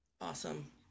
Awesome